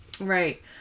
Right